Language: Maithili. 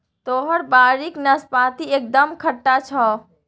तोहर बाड़ीक नाशपाती एकदम खट्टा छौ